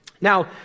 Now